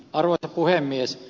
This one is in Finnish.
arvoisa puhemies